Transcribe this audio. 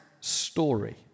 story